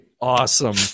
awesome